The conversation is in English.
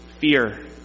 fear